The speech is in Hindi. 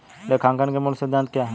लेखांकन के मूल सिद्धांत क्या हैं?